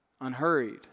unhurried